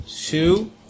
two